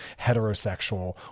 heterosexual